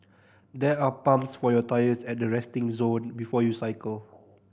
there are pumps for your tyres at the resting zone before you cycle